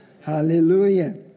Hallelujah